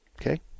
Okay